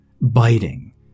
biting